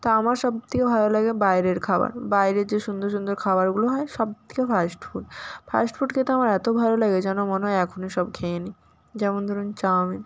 তো আমার সবথেকে ভালো লাগে বাইরের খাবার বাইরের যে সুন্দর সুন্দর খাবারগুলো হয় সবথেকে ফাস্টফুড ফাস্টফুড খেতে আমার এত ভালো লাগে যেন মনে হয় এখনই সব খেয়ে নিই যেমন ধরুন চাওমিন